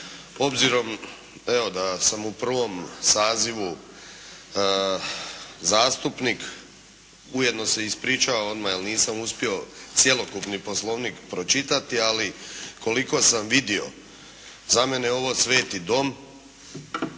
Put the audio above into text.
obzirom evo da sam u prvom sazivu zastupnik ujedno se ispričavam odmah jer nisam uspio cjelokupni Poslovnik pročitati ali koliko sam vidio za mene je ovo sveti dom,